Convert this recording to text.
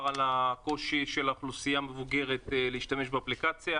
על הקושי של האוכלוסייה המבוגרת להשתמש באפליקציה.